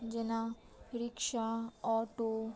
जेना rickshaw auto